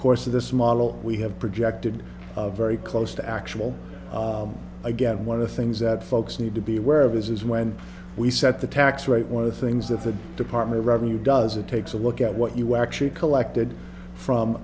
course of this model we have projected very close to actual again one of the things that folks need to be aware of is is when we set the tax rate one of the things that the department of revenue does it takes a look at what you actually collected from